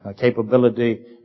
capability